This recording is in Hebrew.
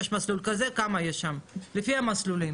יש מסלול כזה, כמה יש שם, לפי מסלולים.